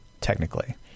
technically